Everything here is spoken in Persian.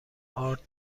آرد